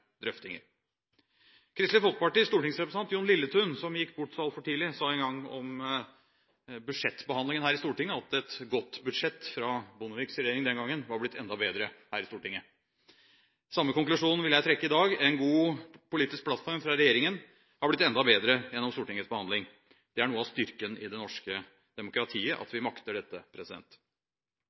drøftinger. Kristelig Folkepartis stortingsrepresentant Jon Lilletun, som gikk bort så altfor tidlig, sa en gang om budsjettbehandlingen her i Stortinget at et godt budsjett fra Bondeviks regjering – den gangen – var blitt enda bedre her i Stortinget. Samme konklusjon vil jeg trekke i dag, en god politisk plattform fra regjeringen har blitt enda bedre gjennom Stortingets behandling. Det er noe av styrken i det norske demokratiet, at vi makter dette.